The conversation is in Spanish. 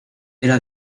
era